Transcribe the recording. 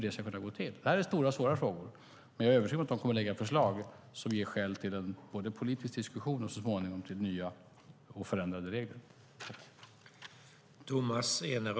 Det här är stora och svåra frågor, men jag är övertygad om att utredningen kommer att lägga fram förslag som ger skäl till både en politisk diskussion och så småningom nya och förändrade regler.